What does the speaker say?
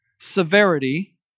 severity